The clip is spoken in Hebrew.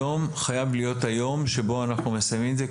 היום חייב להיות היום שבו אנחנו מסיימים את זה,